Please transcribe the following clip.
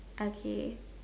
okay